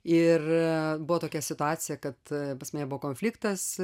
ir buvo tokia situacija kad pas mane buvo konfliktas